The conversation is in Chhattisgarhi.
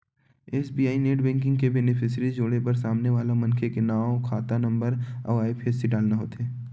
एस.बी.आई नेट बेंकिंग म बेनिफिसियरी जोड़े बर सामने वाला मनखे के नांव, खाता नंबर अउ आई.एफ.एस.सी डालना होथे